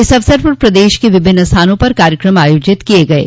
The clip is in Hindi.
इस अवसर पर प्रदेश के विभिन्न स्थानों पर कार्यक्रम आयोजित किये गये